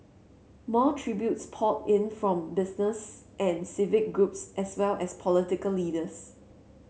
more tributes poured in from business and civic groups as well as political leaders